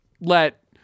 let